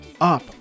up